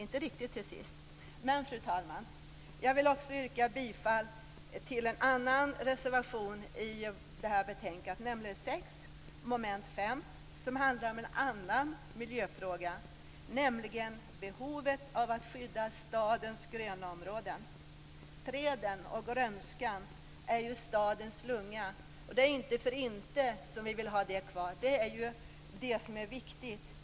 Fru talman! Jag vill också yrka bifall till en annan reservation i det här betänkandet, nämligen reservation 6 under moment 5. Den handlar om en annan miljöfråga, nämligen behovet av att skydda stadens grönområden. Träden och grönskan är ju stadens lunga. Det är inte för inte som vi vill ha det här kvar. Det är ju det som är viktigt.